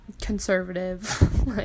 conservative